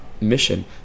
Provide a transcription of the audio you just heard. mission